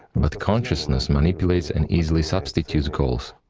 but consciousness manipulates and easily substitutes goals,